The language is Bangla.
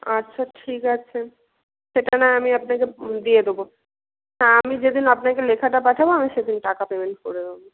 আচ্ছা ঠিক আছে সেটা নয় আমি আপনাকে দিয়ে দেব হ্যাঁ আমি যেদিন আপনাকে লেখাটা পাঠাব আমি সেদিন টাকা পেমেন্ট করে দেব